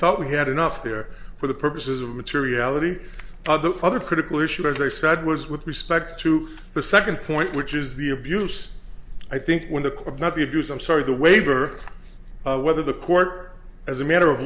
thought we had enough there for the purposes of materiality the other critical issue as i said was with respect to the second point which is the abuse i think when the court not the abuse i'm sorry the waiver whether the court as a matter of